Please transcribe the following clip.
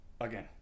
again